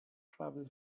travel